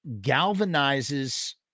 galvanizes